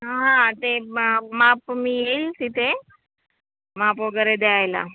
हां ते मा ते माप मी येईल तिथे माप वगैरे द्यायला